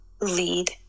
lead